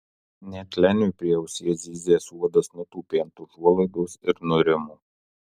net leniui prie ausies zyzęs uodas nutūpė ant užuolaidos ir nurimo